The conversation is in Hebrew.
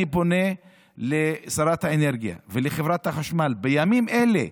אני פונה לשרת האנרגיה ולחברת החשמל: בימים אלה,